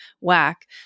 whack